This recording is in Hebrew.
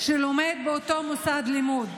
שלומד באותו מוסד לימוד,